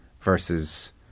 versus